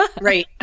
Right